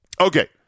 Okay